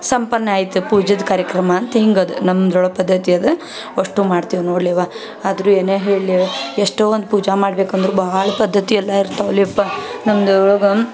ಸಂಪನ್ನ ಆಯ್ತು ಪೂಜೆದು ಕಾರ್ಯಕ್ರಮ ಅಂತ ಹಿಂಗೆ ಅದು ನಮ್ದ್ರೊಳಗೆ ಪದ್ಧತಿ ಅದು ಅಷ್ಟು ಮಾಡ್ತೀವಿ ನೋಡಲೇ ಅವ್ವ ಆದ್ರೂ ಏನೇ ಹೇಳಲಿ ಎಷ್ಟೋ ಒಂದು ಪೂಜೆ ಮಾಡ್ಬೇಕಂದ್ರೂ ಭಾಳ ಪದ್ಧತಿ ಎಲ್ಲ ಇರ್ತಾವಲ್ಲಿ ಪ್ರ ನಮ್ದು ಒಳಗೆ